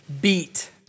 Beat